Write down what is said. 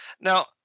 Now